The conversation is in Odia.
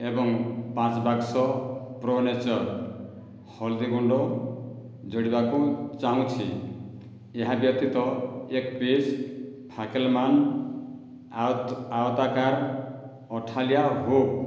ଏବଂ ପାଞ୍ଚ ବାକ୍ସ ପ୍ରୋ ନେଚର୍ ହଳଦୀ ଗୁଣ୍ଡ ଯୋଡ଼ିବାକୁ ଚାହୁଁଛି ଏହା ବ୍ୟତୀତ୍ ଏକ ପିସ୍ ଫାକେଲମାନ୍ ଆୟତ ଆୟତାକାର ଅଠାଳିଆ ହୁକ୍